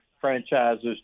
franchises